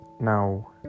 Now